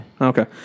Okay